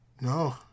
No